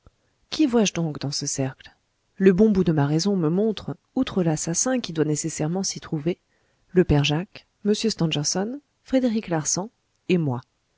qui vois-je donc dans ce cercle le bon bout de ma raison me montre outre l'assassin qui doit nécessairement s'y trouver le père jacques m stangerson frédéric larsan et moi